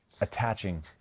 Attaching